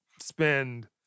spend